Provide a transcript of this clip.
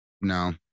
No